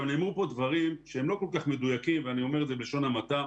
נאמרו כאן דברים שהם לא כל כך מדויקים ואני אומר את זה בלשון המעטה.